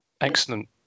Excellent